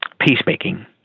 peacemaking